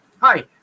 Hi